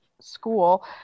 School